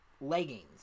leggings